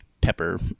pepper